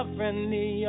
friendly